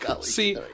see